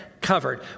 covered